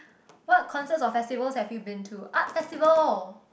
what concerts or festivals have you been to art festival